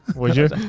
would you?